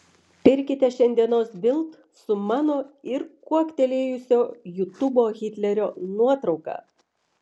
pirkite šiandienos bild su mano ir kuoktelėjusio jutubo hitlerio nuotrauka